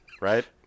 Right